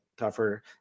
tougher